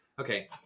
Okay